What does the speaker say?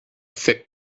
thick